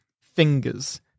fingers